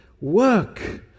work